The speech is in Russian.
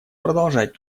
продолжать